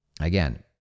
again